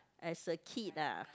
as a kid ah